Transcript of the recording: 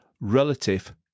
relative